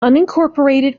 unincorporated